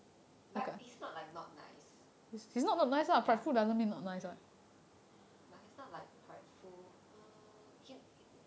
but he's not like not nice ya but he's not like prideful err he